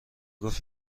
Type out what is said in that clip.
گفت